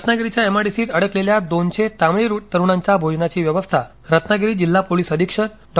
रत्नागिरीच्या एमआयडीसीत अडकलेल्या दोनशे तामिळी तरुणांच्या भोजनाची व्यवस्था रत्नागिरी जिल्हा पोलिस अधीक्षक डॉ